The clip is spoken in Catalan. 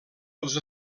els